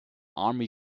army